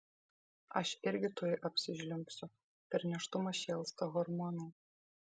aš irgi tuoj apsižliumbsiu per nėštumą šėlsta hormonai